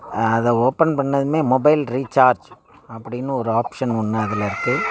அதை ஓப்பன் பண்ணதுமே mobile recharge அப்படின்னு ஒரு ஆப்ஷன் ஒன்று அதில் இருக்கும்